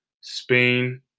Spain